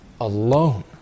alone